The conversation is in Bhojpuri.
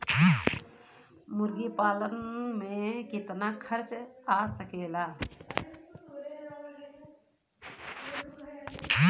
मुर्गी पालन में कितना खर्च आ सकेला?